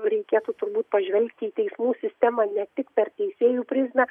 reikėtų turbūt pažvelgti į teismų sistemą ne tik per teisėjų prizmę